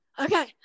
Okay